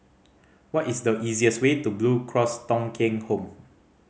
what is the easiest way to Blue Cross Thong Kheng Home